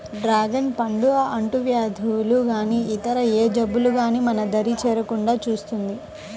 dragon పండు అంటువ్యాధులు గానీ ఇతర ఏ జబ్బులు గానీ మన దరి చేరకుండా చూస్తుంది